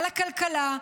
על הכלכלה,